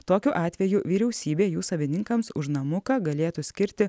tokiu atveju vyriausybė jų savininkams už namuką galėtų skirti